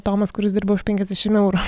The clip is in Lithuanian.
tomas kuris dirba už penkiasdešim eurų